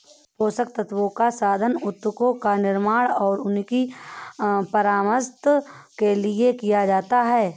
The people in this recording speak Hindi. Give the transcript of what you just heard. पोषक तत्वों का समाधान उत्तकों का निर्माण और उनकी मरम्मत के लिए किया जाता है